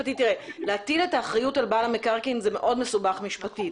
להטיל את האחריות על המקרקעין זה מאוד מסובך משפטית.